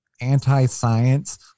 anti-science